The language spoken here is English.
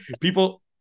people